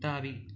தாவி